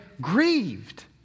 grieved